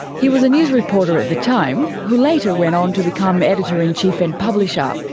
he was a news reporter at the time, who later went on to become editor-in-chief and publisher.